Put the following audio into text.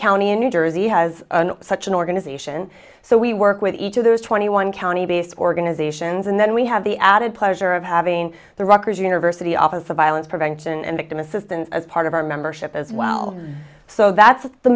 county in new jersey has such an organization so we work with each of those twenty one county based organizations and then we have the added pleasure of having the rocker's university office of violence prevention and victim assistance as part of our membership as well so that's the